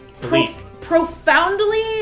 profoundly